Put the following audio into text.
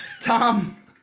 Tom